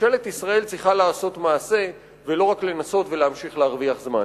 ממשלת ישראל צריכה לעשות מעשה ולא רק לנסות ולהמשיך להרוויח זמן.